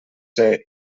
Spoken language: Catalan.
des